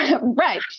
Right